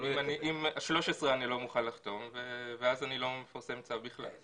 13 אני לא מוכן לחתום ואז אני לא מפרסם צו בכלל.